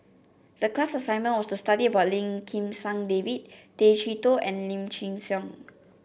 the class assignment was to study about Lim Kim San David Tay Chee Toh and Lim Chin Siong